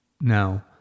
Now